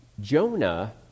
Jonah